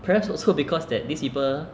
perhaps also because that these people